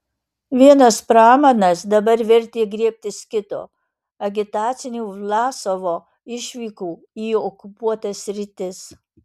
vienas pramanas dabar vertė griebtis kito agitacinių vlasovo išvykų į okupuotas sritis